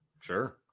sure